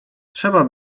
trzeba